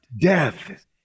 Death